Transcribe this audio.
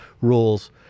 rules